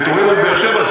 ויתורים על באר-שבע.